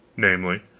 namely,